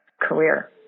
career